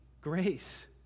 grace